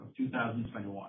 2021